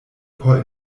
por